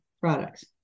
products